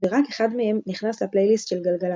ורק אחד מהם נכנס לפלייליסט של גלגלצ.